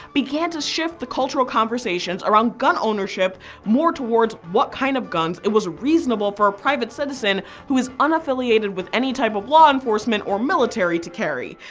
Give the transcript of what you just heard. began to shift the cultural conversations around gun ownership more towards what kind of guns it was reasonable for a private citizen who is unaffiliated with any type of law enforcement or military to carry.